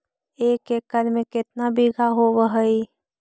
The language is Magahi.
एक एकड़ में केतना बिघा होब हइ?